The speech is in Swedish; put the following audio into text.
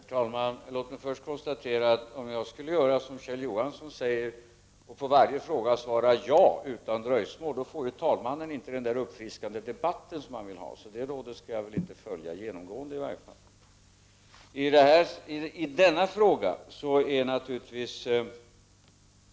Herr talman! Låt mig först konstatera att om jag skulle göra som Kjell Johansson säger och svara ja utan dröjsmål på varje fråga får talmannen inte den uppfriskande debatt som han vill ha. Så det rådet skall jag, i varje fall inte genomgående, följa.